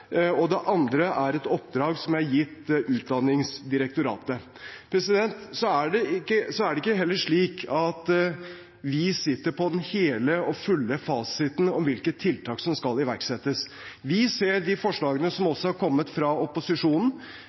og det andre er et oppdrag som er gitt Utdanningsdirektoratet. Så er det heller ikke slik at vi sitter på den hele og fulle fasiten om hvilke tiltak som skal iverksettes. Vi ser de forslagene som er kommet fra opposisjonen,